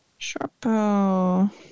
Sharpo